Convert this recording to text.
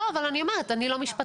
לא, אבל אני אומרת, אני לא משפטנית.